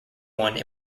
one